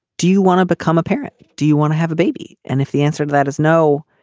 do you want to become a parent. do you want to have a baby. and if the answer to that is no.